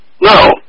No